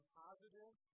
positive